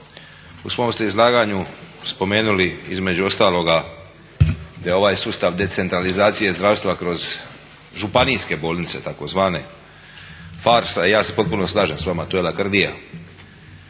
u svom ste izlaganju spomenuli između ostaloga da je ovaj sustav decentralizacije zdravstva kroz županijske bolnice takozvane farsa i ja se potpuno slažem s vama, to je lakrdija.